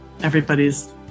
Everybody's